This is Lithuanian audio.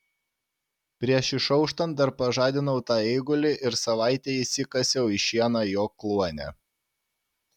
prieš išauštant dar pažadinau tą eigulį ir savaitei įsikasiau į šieną jo kluone